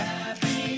Happy